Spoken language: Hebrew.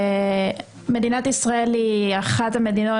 כתבתי שמדינת ישראל היא אחת היחידות,